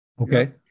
Okay